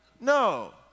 No